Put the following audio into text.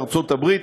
בארצות-הברית.